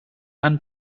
einen